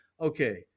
Okay